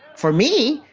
for me,